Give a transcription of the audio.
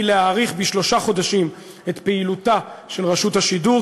היא להאריך בשלושה חודשים את פעילותה של רשות השידור,